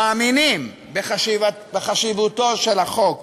מאמינים בחשיבותו של החוק,